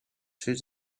two